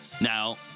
Now